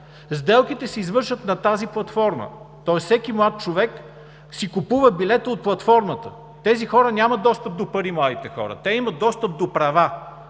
Сделките се извършват на тази платформа, тоест всеки млад човек си купува билета от платформата, тези хора нямат достъп до пари – младите хора, те имат достъп до права,